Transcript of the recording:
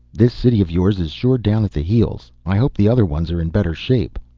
this city of yours is sure down at the heels. i hope the other ones are in better shape.